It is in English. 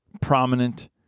prominent